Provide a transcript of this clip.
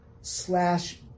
slash